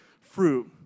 fruit